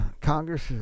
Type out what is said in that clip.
Congress